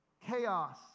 Chaos